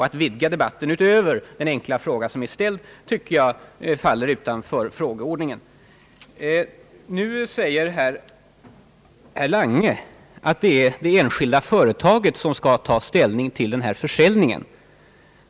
Att vidga debatten utöver den faller utanför frågeordningen. Herr Lange säger att det är det enskilda företaget som skall ta ställning till denna försäljning.